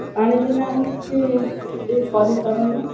ପାଣି ବିନା ଆମେ କିଛି ବି କରିପାରୁନୁ